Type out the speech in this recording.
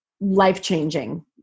life-changing